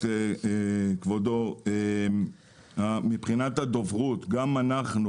כבודו, עוד משפט: מבחינת הדוברות, גם אנחנו